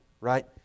right